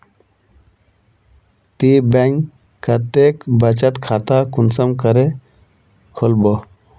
ती बैंक कतेक बचत खाता कुंसम करे खोलबो?